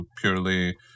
purely